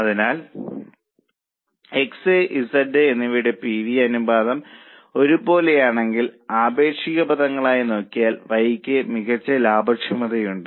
അതിനാൽ X Z എന്നിവയുടെ PV അനുപാതം ഒരുപോലെയാണെങ്കിൽ ആപേക്ഷിക പദങ്ങളായി നോക്കിയാൽ Y യ്ക്ക് മികച്ച ലാഭക്ഷമതയുണ്ട്